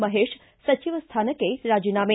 ಮಹೇಶ್ ಸಚಿವ ಸ್ಥಾನಕ್ಕೆ ರಾಜೀನಾಮೆ